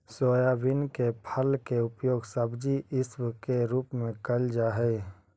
soybean के फल के उपयोग सब्जी इसब के रूप में कयल जा हई